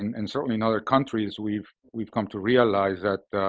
and certainly in other countries, we've we've come to realize that